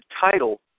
title